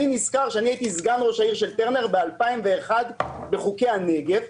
אני נזכר שהייתי סגן ראש העירייה של טרנר בשנת 2001 בחוקי הנגב.